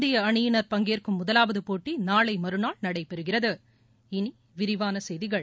இந்திய அணியினர் பங்கேற்கும் முதலாவது போட்டி நாளை மறுநாள் நடைபெறுகிறது இனி விரிவான செய்திகள்